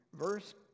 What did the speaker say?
verse